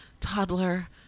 toddler